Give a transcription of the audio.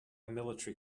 military